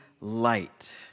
light